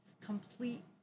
complete